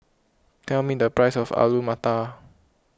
tell me the price of Alu Matar